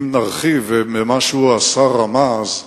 אם נרחיב ממה שהשר רמז,